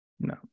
no